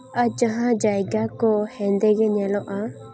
ᱟᱨ ᱡᱟᱦᱟᱸ ᱡᱟᱭᱜᱟ ᱠᱚ ᱦᱮᱸᱫᱮ ᱜᱮ ᱧᱮᱞᱚᱜᱼᱟ